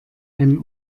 einen